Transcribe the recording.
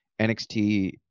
NXT